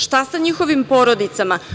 Šta sa njihovim porodicama?